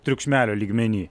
triukšmelio lygmeny